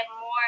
more